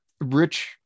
rich